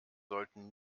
sollten